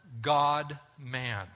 God-man